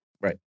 Right